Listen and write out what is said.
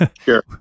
Sure